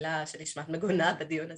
המילה שנשמעת מגונה בדיון הזה,